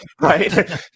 right